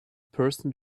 person